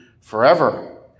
forever